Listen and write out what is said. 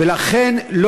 ולכן,